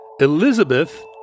Elizabeth